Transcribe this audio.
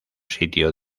sitio